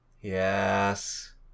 yes